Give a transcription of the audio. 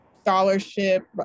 scholarship